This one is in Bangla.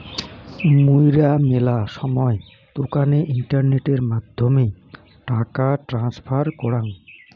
মুইরা মেলা সময় দোকানে ইন্টারনেটের মাধ্যমে টাকা ট্রান্সফার করাং